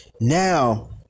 Now